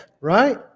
right